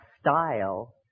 style